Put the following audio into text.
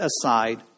aside